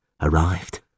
arrived